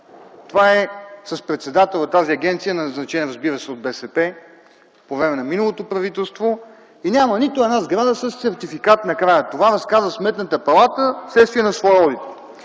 е с председател, назначен, разбира се, от БСП по време на миналото правителство. Няма нито една сграда със сертификат накрая – това разказа Сметната палата вследствие на своя одит.